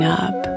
up